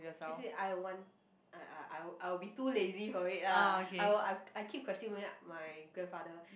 as in I want I I I will I will be too lazy for it lah I will I I keep questioning my grandfather